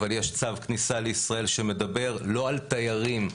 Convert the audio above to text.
אבל יש צו כניסה לישראל שמדבר לא על תיירים.